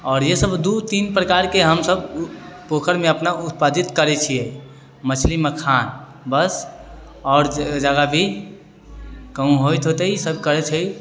आओर इएह सभ दू तीन प्रकारके हम सभ पोखरिमे अपना उत्पादित करै छियै मछली मखान बस आओर जगह भी कहूँ होइत हेतै सभ करै छै